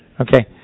okay